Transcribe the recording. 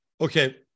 Okay